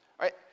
right